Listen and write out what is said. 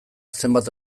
zenbait